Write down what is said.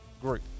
group